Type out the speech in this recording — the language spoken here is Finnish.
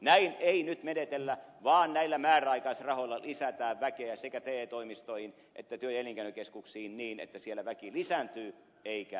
näin ei nyt menetellä vaan näillä määräaikaisrahoilla lisätään väkeä sekä te toimistoihin että työ ja elinkeinokeskuksiin niin että siellä väki lisääntyy eikä